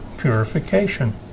purification